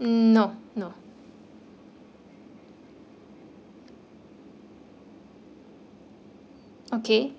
mm no no okay